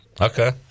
Okay